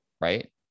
right